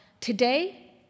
today